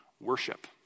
worship